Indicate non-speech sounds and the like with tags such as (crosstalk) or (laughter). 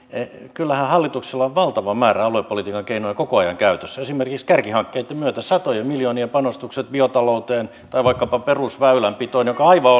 kyllähän hallituksella on valtava määrä aluepolitiikan keinoja koko ajan käytössä esimerkiksi kärkihankkeitten myötä satojen miljoonien panostukset biotalouteen tai vaikkapa perusväylänpitoon mikä on aivan (unintelligible)